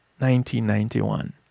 1991